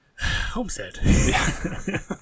Homestead